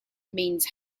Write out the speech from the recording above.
means